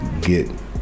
get